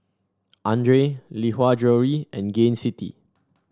Andre Lee Hwa Jewellery and Gain City